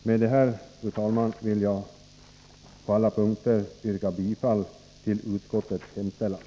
Med detta, fru talman, vill jag på alla punkter yrka bifall till utskottets hemställan.